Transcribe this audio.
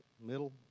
middle